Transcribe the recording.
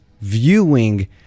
viewing